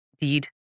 deed